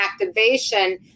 activation